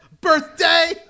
birthday